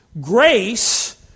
Grace